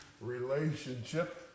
relationship